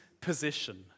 position